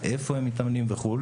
איפה הם מתאמנים וכו'